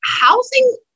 housing